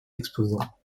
exposants